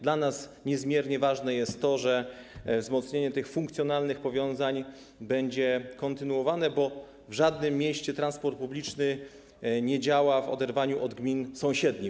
Dla nas niezmiernie ważne jest to, że wzmocnienie tych funkcjonalnych powiązań będzie kontynuowane, bo w żadnym mieście transport publiczny nie działa w oderwaniu od gmin sąsiednich.